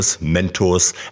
mentors